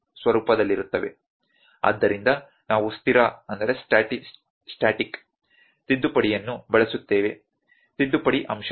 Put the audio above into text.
ಆದ್ದರಿಂದ ನಾವು ಸ್ಥಿರ ತಿದ್ದುಪಡಿಯನ್ನು ಬಳಸುತ್ತೇವೆ ತಿದ್ದುಪಡಿ ಅಂಶವಲ್ಲ